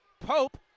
Pope